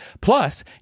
plus